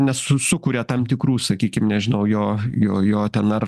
nes su sukuria tam tikrų sakykim nežinau jo jo jo ten ar